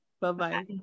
Bye-bye